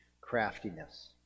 craftiness